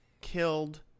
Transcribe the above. killed